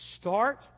start